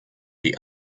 die